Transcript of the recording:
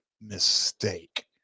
mistake